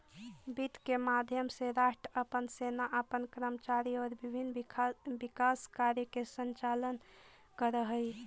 वित्त के माध्यम से राष्ट्र अपन सेना अपन कर्मचारी आउ विभिन्न विकास कार्य के संचालन करऽ हइ